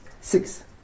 Six